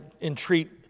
entreat